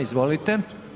Izvolite.